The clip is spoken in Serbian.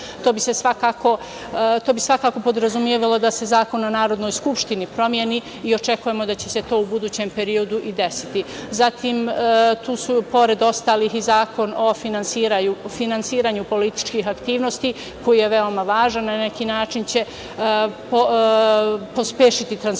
To bi svakako podrazumevalo da Zakon o Narodnoj skupštini promeni i očekujemo da će se to u budućem periodu i desiti. Zatim, tu su pored ostalih i Zakon o finansiranju političkih aktivnosti koji je veoma važan, na neki način će pospešiti transparentnost